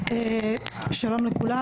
שלום לכולם.